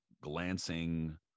glancing